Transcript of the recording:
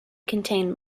contain